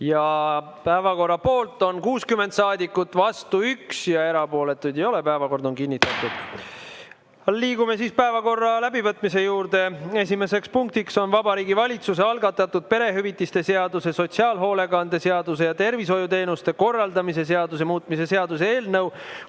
Päevakorra poolt on 60 saadikut, vastu 1 ja erapooletuid ei ole. Päevakord on kinnitatud. Liigume päevakorra läbivõtmise juurde. Esimene punkt on Vabariigi Valitsuse algatatud perehüvitiste seaduse, sotsiaalhoolekande seaduse ja tervishoiuteenuste korraldamise seaduse muutmise seaduse eelnõu